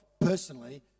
personally